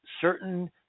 certain